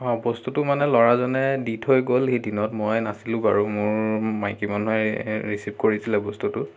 হয় বস্তুটো মানে ল'ৰাজনে দি থৈ গ'লহি দিনত মই নাছিলোঁ বাৰু মোৰ মাইকী মানুহে ৰিছিভ কৰিছিলে বস্তুটো